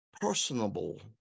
personable